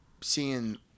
seeing